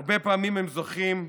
הרבה פעמים הם "זוכים"